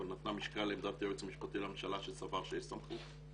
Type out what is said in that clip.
אבל נתנה משקל לעמדת היועץ המשפטי לממשלה שסבר שיש סמכות.